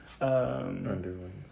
Underwings